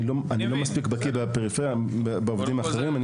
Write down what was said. אני לא מספיק בקיא בעובדים אחרים.